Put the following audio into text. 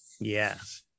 Yes